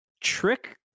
trick